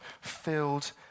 filled